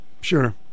Sure